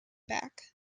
back